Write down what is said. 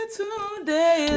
today